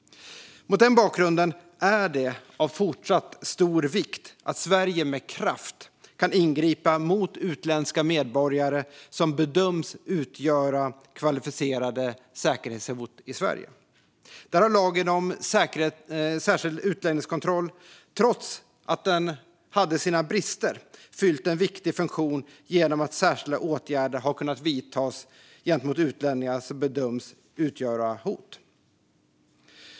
Mot den bakgrunden är det av fortsatt stor vikt att Sverige med kraft kan ingripa mot utländska medborgare som bedöms utgöra kvalificerade säkerhetshot i Sverige. Där har lagen om särskild utlänningskontroll, trots att den hade sina brister, fyllt en viktig funktion genom att särskilda åtgärder kunnat vidtas gentemot utlänningar som bedömts utgöra hot.